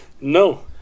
No